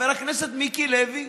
חבר הכנסת מיקי לוי,